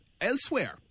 elsewhere